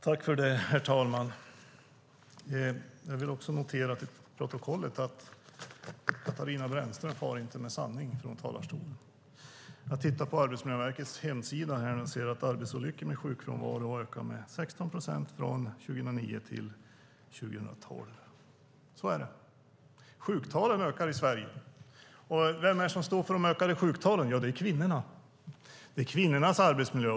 Herr talman! Jag vill få noterat i protokollet att Katarina Brännström inte far med sanning i talarstolen. Jag tittar nu på Arbetsmiljöverkets hemsida och ser att arbetsolyckor med sjukfrånvaro har ökat med 16 procent från 2009 till 2012. Så är det. Sjuktalen ökar i Sverige. Vem är det som står för de ökade sjuktalen? Jo, det är kvinnorna. Det handlar om kvinnornas arbetsmiljö.